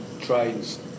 trains